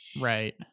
Right